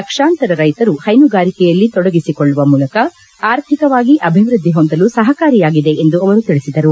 ಲಕ್ಷಾಂತರ ರೈತರು ಹೈನುಗಾರಿಕೆಯಲ್ಲಿ ತೊಡಗಿಸಿಕೊಳ್ಳುವ ಮೂಲಕ ಆರ್ಥಿಕವಾಗಿ ಆಭಿವೃದ್ಧಿ ಹೊಂದಲು ಸಹಕಾರಿಯಾಗಿದೆ ಎಂದು ಅವರು ತಿಳಿಸಿದರು